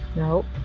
nope.